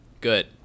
Good